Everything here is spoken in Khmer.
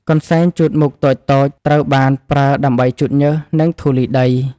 កន្សែងជូតមុខតូចៗត្រូវបានប្រើដើម្បីជូតញើស និងធូលីដី។